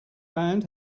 band